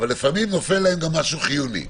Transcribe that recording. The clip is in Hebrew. אבל לפעמים נופל להם גם משהו חיוני.